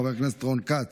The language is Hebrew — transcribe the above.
חבר הכנסת רון כץ,